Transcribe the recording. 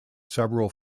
several